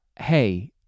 hey